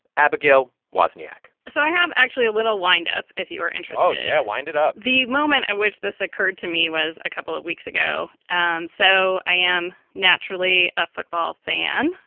abigail wozniak so i have, actually, a little windup, if you are interested oh, yeah. wind it up the moment at which this occurred to me was a couple of weeks ago. so i am naturally a football fan,